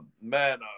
man